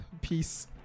Peace